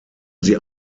sie